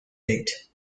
date